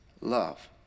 love